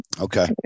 okay